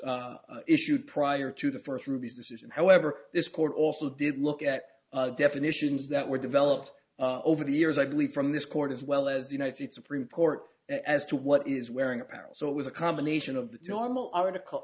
was issued prior to the first ruby's decision however this court also did look at definitions that were developed over the years i believe from this court as well as the united states supreme court as to what is wearing apparel so it was a combination of the normal article